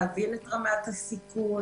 להבין את רמת הסיכון.